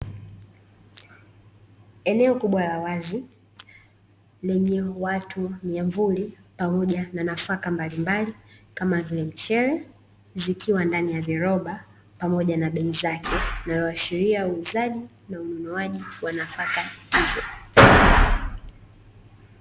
Eneo kubwa la wazi lenye watu, miamvuli pamoja na nafaka mbalimbali kama vile mchele zikiwa ndani ya viroba pamoja na bei zake na linloasharia uuzaji na ununuaji wa nafaka hizo.